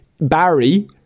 Barry